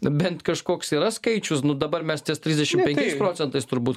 bent kažkoks yra skaičius nu dabar mes ties trisdešim penkiais procentais turbūt